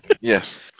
Yes